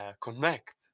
connect